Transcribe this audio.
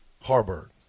Harburg